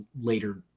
later